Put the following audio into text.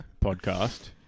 podcast